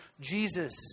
Jesus